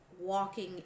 walking